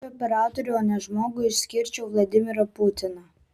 kaip operatorių o ne žmogų išskirčiau vladimirą putiną